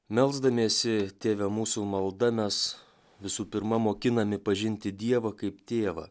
melsdamiesi tėve mūsų malda mes visų pirma mokinami pažinti dievą kaip tėvą